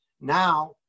Now